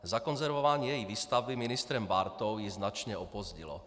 Zakonzervování její výstavby ministrem Bártou ji značně opozdilo.